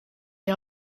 die